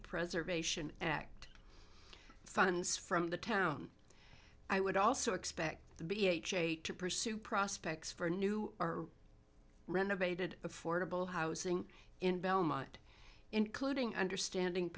preservation act funds from the town i would also expect the b h a to pursue prospects for a new are renovated affordable housing in belmont including understanding